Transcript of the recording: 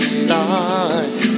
stars